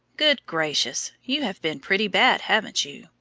good gracious! you have been pretty bad, haven't you?